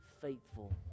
faithful